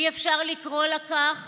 אי-אפשר לקרוא לה כך